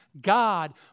God